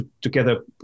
together